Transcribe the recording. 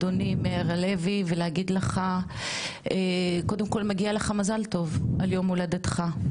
אדוני מאיר לוי ולהגיד לך קודם כל מגיע לך מזל טוב על יום הולדתך,